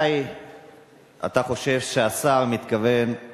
מתי אתה חושב ששר האוצר מתכוון להעלות